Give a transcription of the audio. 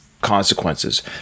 consequences